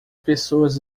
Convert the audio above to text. pessoas